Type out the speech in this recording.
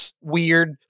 weird